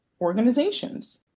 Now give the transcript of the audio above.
organizations